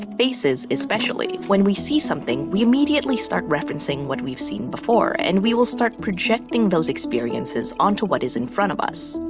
faces especially. when we see something, we immediately start referencing what we've seen before, and we will start projecting those experiences onto what is in front of us.